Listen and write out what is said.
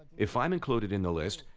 if i'm included in the list,